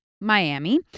Miami